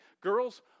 Girls